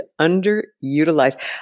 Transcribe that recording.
underutilized